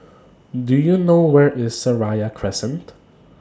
Do YOU know Where IS Seraya Crescent